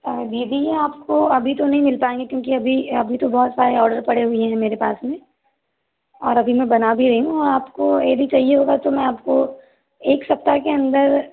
और यह भी आपको अभी तो नहीं मिल पाएंगे क्योंकि अभी अभी तो बहुत सारे ऑर्डर पड़े हुए हैं मेरे पास में और अभी मैं बना भी रही हूँ आपको यदि चाहिए होगा तो मैं आपको एक सप्ताह के अंदर